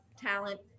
talent